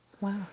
Wow